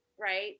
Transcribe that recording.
right